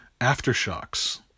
Aftershocks